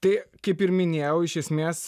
tai kaip ir minėjau iš esmės